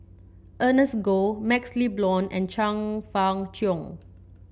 Ernest Goh MaxLe Blond and Chong Fah Cheong